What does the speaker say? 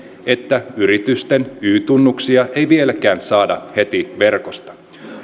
että yritysten y tunnuksia ei vieläkään saada heti verkosta